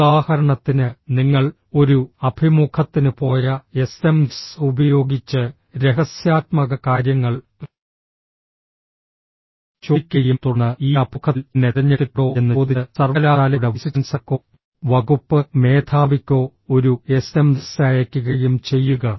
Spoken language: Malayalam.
ഉദാഹരണത്തിന് നിങ്ങൾ ഒരു അഭിമുഖത്തിന് പോയ എസ്എംഎസ് ഉപയോഗിച്ച് രഹസ്യാത്മക കാര്യങ്ങൾ ചോദിക്കുകയും തുടർന്ന് ഈ അഭിമുഖത്തിൽ എന്നെ തിരഞ്ഞെടുത്തിട്ടുണ്ടോ എന്ന് ചോദിച്ച് സർവകലാശാലയുടെ വൈസ് ചാൻസലർക്കോ വകുപ്പ് മേധാവിക്കോ ഒരു എസ്എംഎസ് അയയ്ക്കുകയും ചെയ്യുക